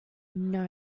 know